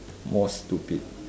more stupid